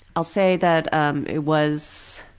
i'll say that um it was,